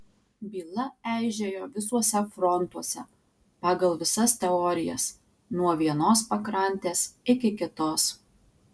byla eižėjo visuose frontuose pagal visas teorijas nuo vienos pakrantės iki kitos